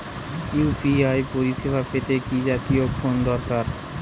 UPI পরিসেবা পেতে কি জাতীয় ফোন দরকার?